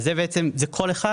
זה כל אחד,